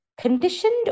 conditioned